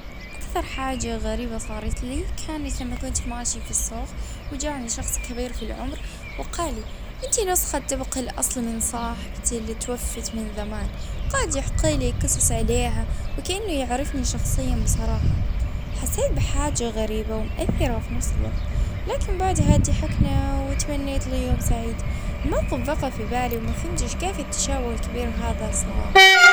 اه أغرب حاجة صارت لي مرة اللي ج وصلتني رسالة من شخص غريب اه يقول إنه يعرفني من الحلم، حسيت بالقشعريرة وجتها.